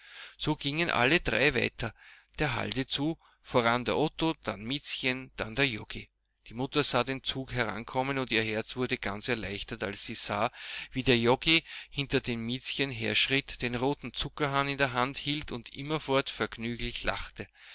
so gingen alle drei weiter der halde zu voran der otto dann miezchen dann der joggi die mutter sah den zug herankommen und ihr herz wurde ganz erleichtert als sie sah wie der joggi hinter dem miezchen herschritt den roten zuckerhahn in der hand hielt und immerfort vergnüglich lachte